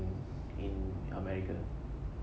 in america